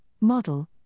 model